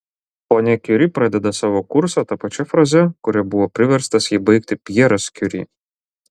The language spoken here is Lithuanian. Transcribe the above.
ponia kiuri pradeda savo kursą ta pačia fraze kuria buvo priverstas jį baigti pjeras kiuri